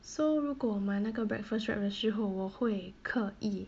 so 如果我买那个 breakfast wrap 的时候我会刻意